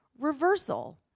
reversal